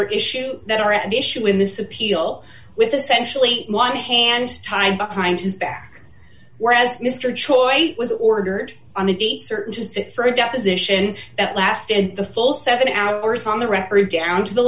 are issues that are at issue in this appeal with essentially why the hand tied behind his back whereas mr choice was ordered on a date certain for a deposition that lasted the full seven hours on the record down to the